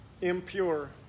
impure